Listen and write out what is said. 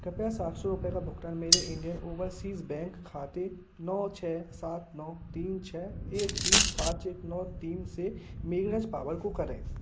कृपया सात सौ रुपये का भुगतान मेरे इंडियन ओवरसीज़ बैंक खाते नौ छः सात नौ तीन छः एक तीन पाँच एक नौ तीन से मेघराज पावर को करें